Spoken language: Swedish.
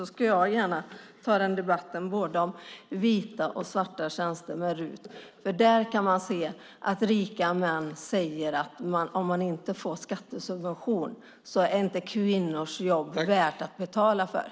Då ska jag gärna föra en debatt om både vita och svarta tjänster med RUT-avdrag där rika män säger att kvinnors jobb inte är värda att betala för om de inte får en skattesubvention.